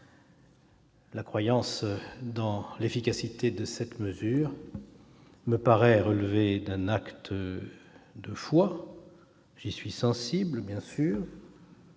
La croyance dans l'efficacité de cette mesure me paraît relever d'un acte de foi- j'y suis sensible, bien sûr